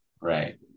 Right